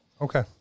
Okay